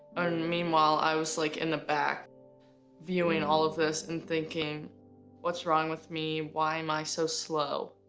and meanwhile i was like in the back viewing all of this and thinking what's wrong with me why am i so slow?